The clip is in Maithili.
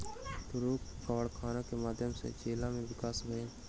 तूरक कारखाना के माध्यम सॅ जिला में विकास भेलै